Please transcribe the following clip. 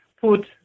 put